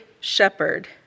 shepherd